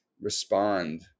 respond